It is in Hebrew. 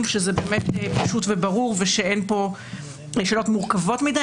שזה באמת פשוט וברור ואין שאלות מורכבות מידי.